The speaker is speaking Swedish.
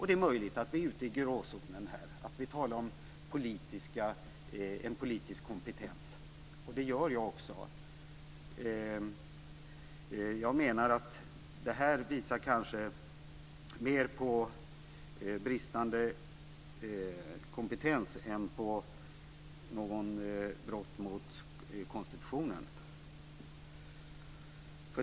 Det är möjligt att vi är ute i gråzonen här, att vi talar om politisk kompetens. Det gör jag också. Jag menar att det här kanske mer visar på bristande kompetens än på något brott mot konstitutionen.